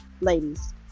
ladies